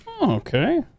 Okay